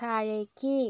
താഴേക്ക്